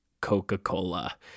Coca-Cola